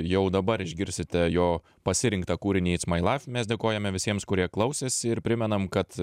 jau dabar išgirsite jo pasirinktą kūrinį its mai laif mes dėkojame visiems kurie klausėsi ir primenam kad